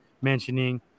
mentioning